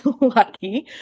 lucky